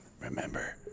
remember